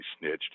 snitched